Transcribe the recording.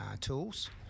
tools